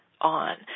on